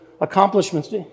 accomplishments